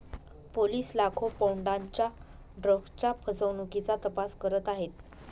police लाखो पौंडांच्या ड्रग्जच्या फसवणुकीचा तपास करत आहेत